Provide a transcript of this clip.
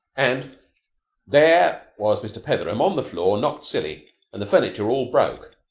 and there was mr. petheram on the floor knocked silly and the furniture all broke,